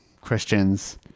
Christians